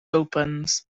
opens